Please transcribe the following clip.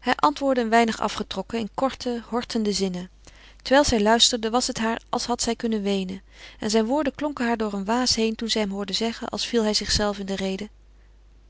hij antwoordde een weinig afgetrokken in korte hortende zinnen terwijl zij luisterde was het haar als had zij kunnen weenen en zijn woorden klonken haar door een waas heen toen zij hem hoorde zeggen als viel hij zich zelve in de rede